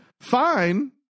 fine